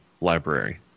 library